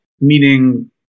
meaning